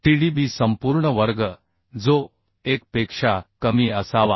Tdb संपूर्ण वर्ग जो 1 पेक्षा कमी असावा